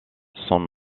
son